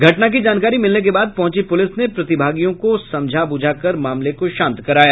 घटना की जानकारी मिलने के बाद पहुंची पुलिस ने प्रतिभागियो को समझा बुझा कर मामले को शांत कराया